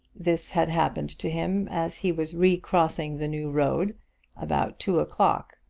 this had happened to him as he was recrossing the new road about two o'clock,